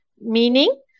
meaning